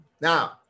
now